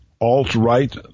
alt-right